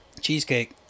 Cheesecake